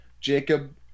Jacob